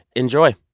enjoy